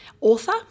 author